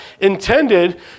intended